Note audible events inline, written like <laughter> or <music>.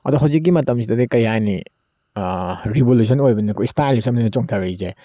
ꯑꯗꯣ ꯍꯧꯖꯤꯛꯀꯤ ꯃꯇꯝꯁꯤꯗꯗꯤ ꯀꯔꯤ ꯍꯥꯏꯅꯤ ꯔꯤꯕꯣꯂꯨꯁꯟ ꯑꯣꯏꯕꯅꯤꯅꯀꯣ ꯏꯁꯇꯥꯏꯜ <unintelligible> ꯆꯣꯡꯊꯔꯛꯏꯁꯦ